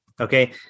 okay